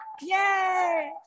Yay